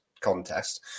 contest